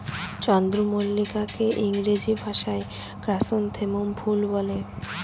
চন্দ্রমল্লিকাকে ইংরেজি ভাষায় ক্র্যাসনথেমুম ফুল বলে